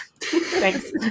Thanks